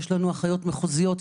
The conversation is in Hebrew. יש אחיות מחוזיות,